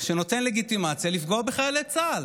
שנותן לגיטימציה לפגוע בחיילי צה"ל,